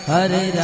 Hare